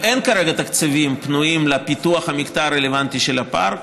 אין כרגע תקציבים פנויים לפיתוח המקטע הרלוונטי של הפארק.